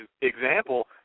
example